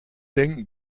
denken